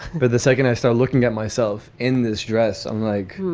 but the second i start looking at myself in this dress, i'm like